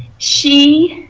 she